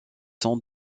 sans